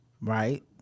right